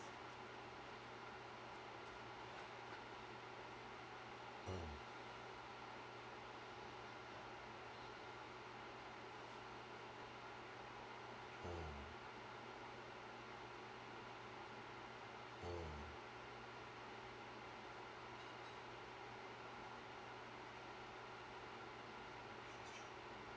mm mm mm